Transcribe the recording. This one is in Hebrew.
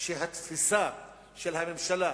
התפיסה של הממשלה